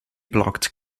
blocked